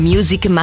Music